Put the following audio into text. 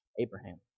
Abraham